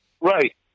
Right